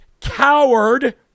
coward